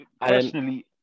personally